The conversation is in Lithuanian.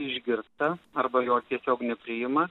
išgirta arba jos tiesiog nepriima